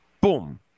boom